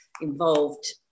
involved